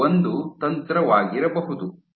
ಇದು ಒಂದು ತಂತ್ರವಾಗಿರಬಹುದು